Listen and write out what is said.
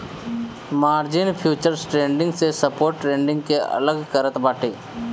margin futures trading से spot trading के अलग करत बाटे